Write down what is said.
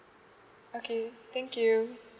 okay thank you mm